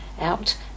out